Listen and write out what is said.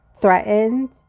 threatened